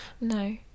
no